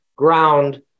ground